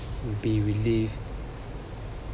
be relieved